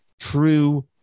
true